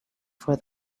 for